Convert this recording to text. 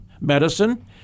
medicine